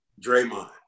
Draymond